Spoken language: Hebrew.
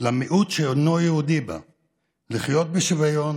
למיעוט שאינו יהודי בה לחיות בשוויון